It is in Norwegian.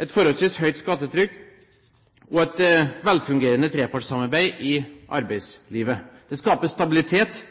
et forholdsvis høyt skattetrykk og et velfungerende trepartssamarbeid i arbeidslivet. Det skaper stabilitet,